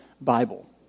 Bible